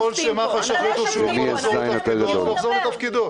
ככל שמח"ש החליטו שהוא יכול לחזור לתפקידו אז הוא יחזור לתפקידו.